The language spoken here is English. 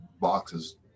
boxes